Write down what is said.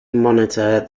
monitor